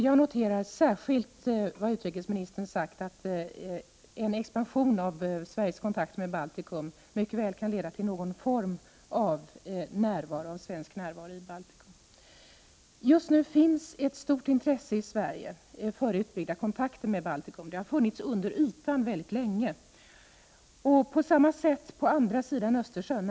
Jag noterar speciellt att utrikesministern sagt att en expansion av Sveriges kontakter med Baltikum mycket väl kan leda till någon form av svensk närvaro i Baltikum. Just nu finns i Sverige ett stort intresse för utbyggda kontakter med Baltikum. Det har funnits under ytan mycket länge. På samma sätt är det på andra sidan Östersjön.